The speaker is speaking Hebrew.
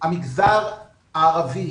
המגזר הערבי,